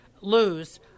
lose